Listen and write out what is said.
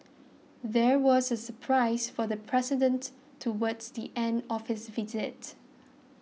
there was a surprise for the president towards the end of his visit